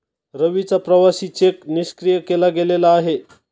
रवीचा प्रवासी चेक निष्क्रिय केला गेलेला आहे